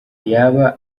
yaba